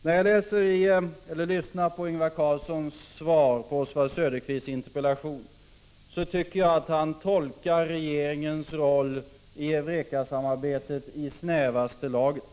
När jag lyssnade på Ingvar Carlssons svar på Oswald Söderqvists interpellation tyckte jag att han tolkade regeringens roll i EUREKA samarbetet i snävaste laget.